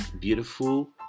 beautiful